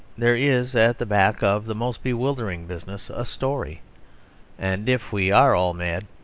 there is at the back of the most bewildering business a story and if we are all mad,